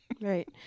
Right